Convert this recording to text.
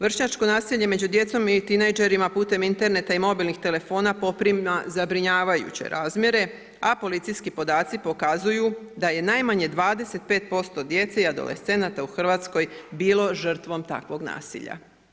Vršnjačko nasilje među djecu i tinejdžerima putem interneta i mobilnih telefona poprima zabrinjavajuće razmjere, a policijski podaci pokazuju da je najmanje 25% djece i adolescenata u Hrvatskoj bilo žrtvom takvog nasilja.